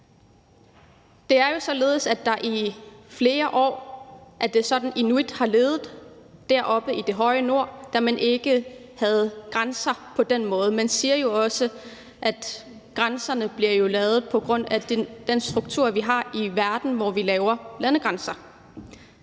Det er jo således, at det i flere år har været sådan, at inuit har levet deroppe i det høje nord, da man ikke havde grænser på den måde. Man siger jo også, at grænserne bliver lavet på grund af den struktur, vi har i verden, hvor vi laver landegrænser.